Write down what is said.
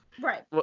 Right